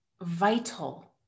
vital